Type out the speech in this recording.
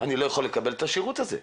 אני לא יכול לקבל את השירות הזה?